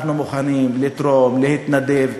אנחנו מוכנים לתרום, להתנדב.